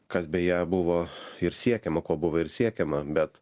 kas beje buvo ir siekiama kuo buvo ir siekiama bet